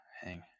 hang